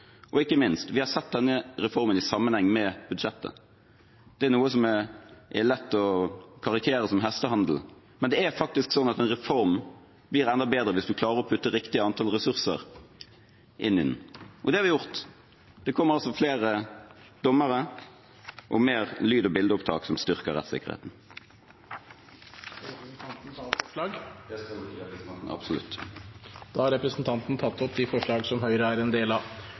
Ikke minst har vi sett denne reformen i sammenheng med budsjettet. Det er noe som er lett å karikere som hestehandel, men det er faktisk sånn at en reform blir enda bedre hvis man klarer å putte riktig antall ressurser inn i den. Det har vi gjort. Det kommer flere dommere og mer lyd- og bildeopptak, som styrker rettssikkerheten. Jeg tar opp de forslag som Høyre er en del av. Representanten Peter Frølich har tatt opp de forslag han refererte til. Det er